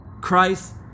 Christ